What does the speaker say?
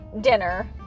dinner